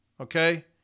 okay